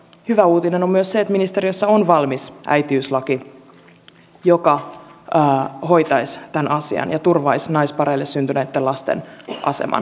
hyvä uutinen on myös se että ministeriössä on valmis äitiyslaki joka hoitaisi tämän asian ja turvaisi naispareille syntyneitten lasten aseman suomessa